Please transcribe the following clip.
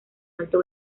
alto